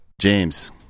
James